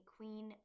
Queen